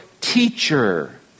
teacher